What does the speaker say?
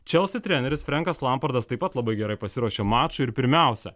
chelsea treneris frankas lampardas taip pat labai gerai pasiruošė mačui ir pirmiausia